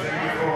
אז זה מבורך.